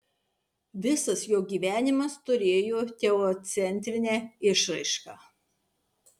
visas jo gyvenimas turėjo teocentrinę išraišką